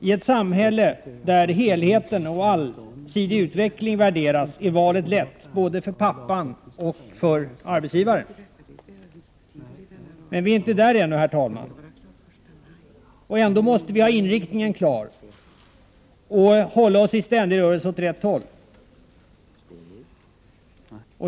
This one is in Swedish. I ett samhälle där helheten och allsidig utveckling värderas är valet lätt både för pappan och för arbetsgivaren. Men vi är inte där ännu, herr talman. Ändå måste vi ha inriktningen klar och hålla oss i ständig rörelse åt rätt håll.